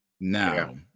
now